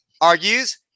argues